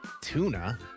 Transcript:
Tuna